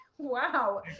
Wow